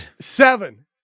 Seven